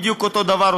זה בדיוק אותו דבר,